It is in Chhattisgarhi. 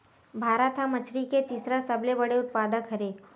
भारत हा मछरी के तीसरा सबले बड़े उत्पादक हरे